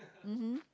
mmhmm